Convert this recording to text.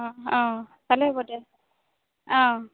অঁ অঁ ভালে হ'ব দে অঁ